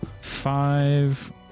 five